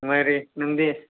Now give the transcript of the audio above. ꯅꯨꯡꯉꯥꯏꯔꯤ ꯅꯪꯗꯤ